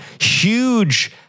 huge